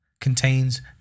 contains